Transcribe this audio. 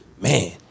man